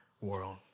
world